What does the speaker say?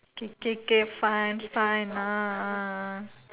K K K fine fine ah